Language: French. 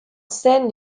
scène